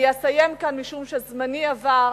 אני אסיים כאן, משום שזמני עבר,